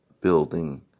building